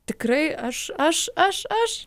tikrai aš aš aš aš